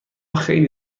خیلی